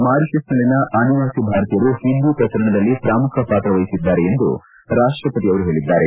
Mauritius ನಲ್ಲಿನ ಅನಿವಾಸಿ ಭಾರತೀಯರು ಹಿಂದಿ ಪ್ರಸರಣದಲ್ಲಿ ಪ್ರಮುಖ ಪಾತ್ರ ವಹಿಸಿದ್ದಾರೆ ಎಂದು ರಾಷ್ಟ್ರಪತಿ ಅವರು ಹೇಳಿದರು